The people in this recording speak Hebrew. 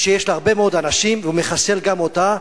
שיש להרבה מאוד אנשים, ומחסל גם אותה.